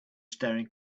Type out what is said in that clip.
staring